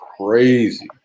crazy